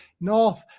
north